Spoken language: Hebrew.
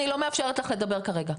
אני לא מאפשרת לך לדבר כרגע.